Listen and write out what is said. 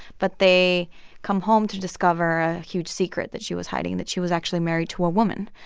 but they come home to discover a huge secret that she was hiding, that she was actually married to a woman.